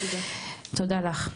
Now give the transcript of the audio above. תודה לך.